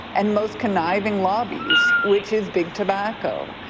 and most conniving lobbies, which is big tobacco.